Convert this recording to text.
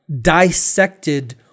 dissected